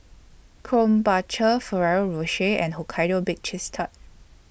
Krombacher Ferrero Rocher and Hokkaido Baked Cheese Tart